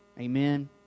Amen